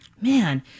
Man